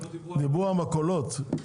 דיברו המכולות.